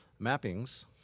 mappings